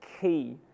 key